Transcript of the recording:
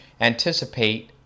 anticipate